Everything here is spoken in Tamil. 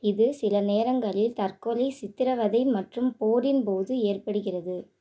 இது சில நேரங்களில் தற்கொலை சித்திரவதை மற்றும் போரின்போது ஏற்படுகிறது